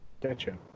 Gotcha